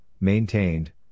maintained